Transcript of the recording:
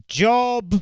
job